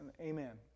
Amen